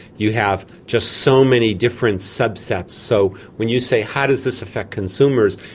you have just so many different subsets. so when you say how does this affect consumers,